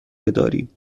بداریم